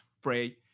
pray